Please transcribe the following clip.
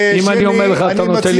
אם אני אומר לך, אתה נותן לי קיזוז?